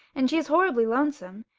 and she is horribly lonesome.